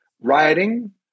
rioting